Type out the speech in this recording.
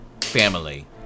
family